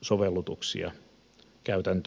sovellutuksia käytäntöön